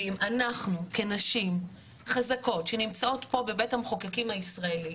ואם אנחנו כנשים חזקות שנמצאות פה בבית המחוקקים הישראלי,